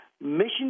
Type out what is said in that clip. Mission